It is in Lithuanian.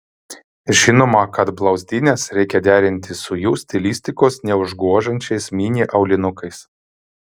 žinoma kad blauzdines reikia derinti su jų stilistikos neužgožiančiais mini aulinukais